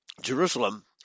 Jerusalem